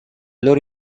loro